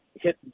hit